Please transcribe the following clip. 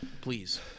please